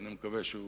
ואני מקווה שהוא